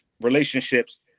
relationships